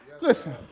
Listen